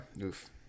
Oof